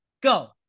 Go